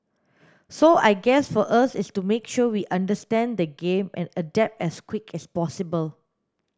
so I guess for us is to make sure we understand the game and adapt as quick as possible